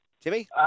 Timmy